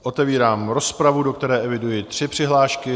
Otevírám rozpravu, do které eviduji tři přihlášky.